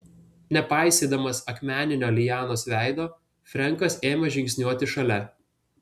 nepaisydamas akmeninio lianos veido frenkas ėmė žingsniuoti šalia